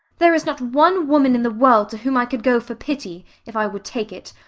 there is not one woman in the world to whom i could go for pity, if i would take it,